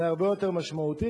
זה הרבה יותר משמעותי.